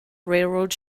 railroad